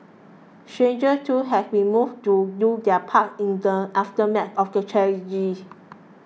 strangers too have been moved to do their part in the aftermath of the tragedy